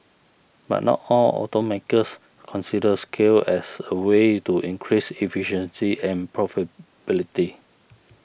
but not all automakers consider scale as a way to increased efficiency and profitability